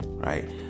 Right